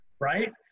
right